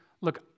look